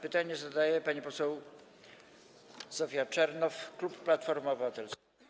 Pytanie zadaje pani poseł Zofia Czernow, klub Platforma Obywatelska.